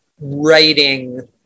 writing